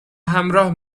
همراه